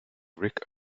rick